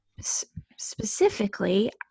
specifically